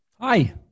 Hi